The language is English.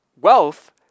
wealth